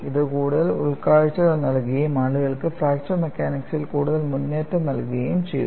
അത് കൂടുതൽ ഉൾക്കാഴ്ചകൾ നൽകുകയും ആളുകൾക്ക് ഫ്രാക്ചർ മെക്കാനിക്സിൽ കൂടുതൽ മുന്നേറ്റം നൽകുകയും ചെയ്തു